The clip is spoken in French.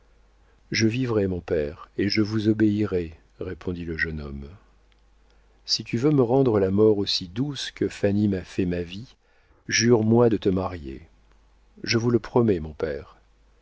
je vivrai mon père et je vous obéirai répondit le jeune homme si tu veux me rendre la mort aussi douce que fanny m'a fait ma vie jure-moi de te marier je vous le promets mon père